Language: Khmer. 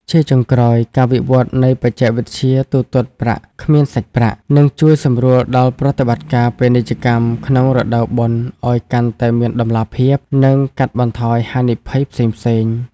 ជាចុងក្រោយ ការវិវឌ្ឍនៃបច្ចេកវិទ្យាទូទាត់ប្រាក់គ្មានសាច់ប្រាក់ នឹងជួយសម្រួលដល់ប្រតិបត្តិការពាណិជ្ជកម្មក្នុងរដូវបុណ្យឱ្យកាន់តែមានតម្លាភាព និងកាត់បន្ថយហានិភ័យផ្សេងៗ។